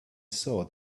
saw